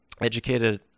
educated